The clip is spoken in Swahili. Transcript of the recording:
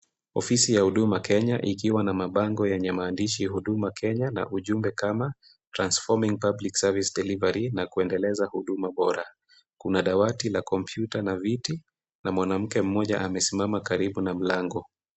Ofisi ya Huduma Kenya, ikiwa na mabango ya mwenye maandishi Huduma Kenya na ujumbe kama, Transforming public service delivery na kuendeleza huduma bora. Kuna dawati la computer na viti, na mwanamke mmoja amesimama karibu na mlango.